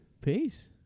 Peace